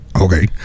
Okay